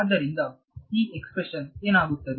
ಆದ್ದರಿಂದ ಈ ಎಕ್ಸ್ಪ್ರೆಶನ್ ಏನಾಗುತ್ತದೆ